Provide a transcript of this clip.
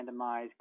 randomized